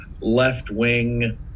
left-wing